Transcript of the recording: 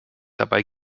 dabei